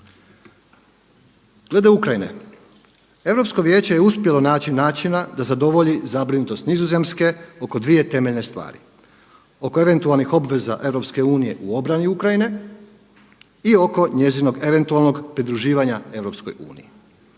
Glede Ukrajine Europsko vijeće je uspjelo naći načina da zadovolji zabrinutost Nizozemske oko dvije temeljne stvari, oko eventualnih obveza EU u obrani Ukrajine i oko njezinog eventualnog pridruživanja EU